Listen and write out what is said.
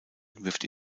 wirft